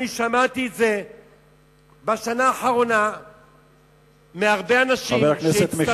שמעתי את זה בשנה האחרונה מהרבה אנשים שנאלצו